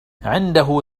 عنده